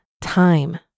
time